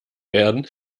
werden